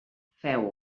feu